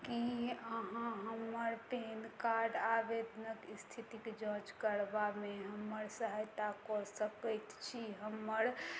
कि अहाँ हमर पैन कार्ड आवेदनके इस्थितिके जाँच करबामे हमर सहायता कऽ सकै छी हमर